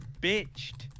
bitched